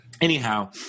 Anyhow